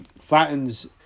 flattens